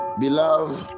beloved